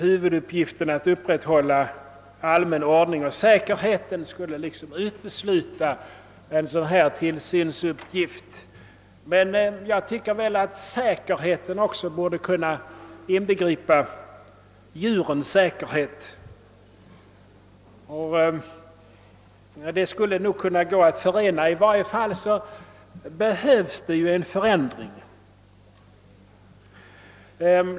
Huvuduppgiften, att upprätthålla allmän ordning och säkerhet, skulle utesluta en dylik tillsynsuppgift. Nog borde väl säkerheten också kunna inbegripa djurens säkerhet. Uppgifterna skulle nog gå att förena. I varje fall behövs det en förändring.